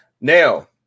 now